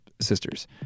Sisters